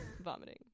vomiting